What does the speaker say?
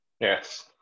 Yes